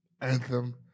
Anthem